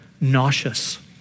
nauseous